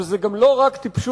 וזה גם לא רק טיפשות,